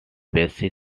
basic